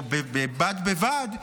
או בד בבד,